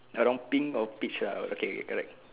around pink or peach ah okay correct